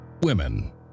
women